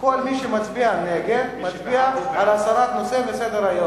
כל מי שמצביע נגד, מצביע על הסרת הנושא מסדר-היום.